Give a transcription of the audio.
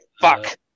fuck